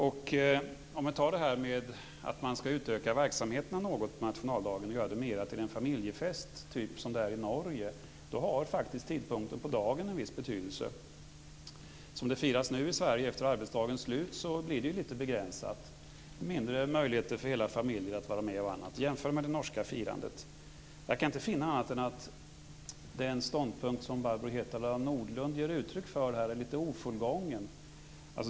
När det gäller detta med att utöka verksamheterna något på nationaldagen och mera göra den dagen till en familjefest, ungefär som i Norge, har faktiskt tidpunkten på dagen en viss betydelse. Som det nu är firas ju nationaldagen efter arbetsdagens slut. Därför blir det hela litet begränsat. Det blir t.ex. mindre möjligheter för hela familjen att vara med. Vi kan, som sagt, jämföra med det norska firandet. Jag kan inte finna annat än att den ståndpunkt som Barbro Hietala Nordlund här ger uttryck för är något ofullgången.